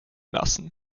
lassen